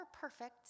perfect